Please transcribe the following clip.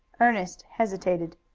ernest hesitated.